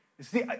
See